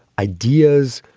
ideas,